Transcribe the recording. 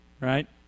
right